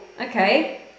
Okay